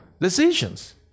decisions